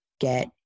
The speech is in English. get